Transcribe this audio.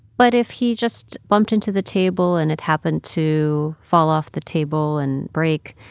but if he just bumped into the table, and it happened to fall off the table and break,